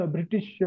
British